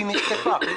היא נחטפה.